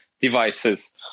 devices